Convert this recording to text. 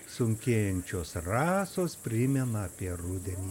sunkėjančios rasos primena apie rudenį